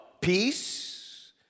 peace